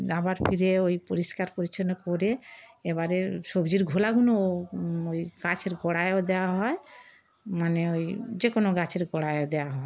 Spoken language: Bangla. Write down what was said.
আবার ফিরে ওই পরিষ্কার পরিচ্ছন্ন করে এবারে সবজির খোলাগুলো ওই গাছের গোড়ায়ও দেওয়া হয় মানে ওই যেকোনো গাছের গোড়ায় দেওয়া হয়